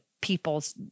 people's